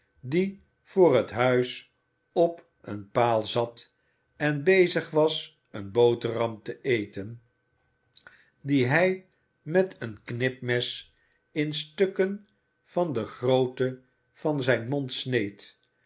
die voor het huis op een paal zat en bezig was eene boterham te eten die hij met een knipmes in stukken van de grootte van zijn